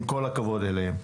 עם כל הכבוד להם,